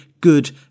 good